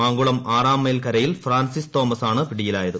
മാങ്കുളം ആറാം മൈൽ കരയിൽ Francis Thomas ആണ് പിടിയിലായത്